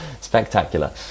spectacular